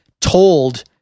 told